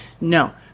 no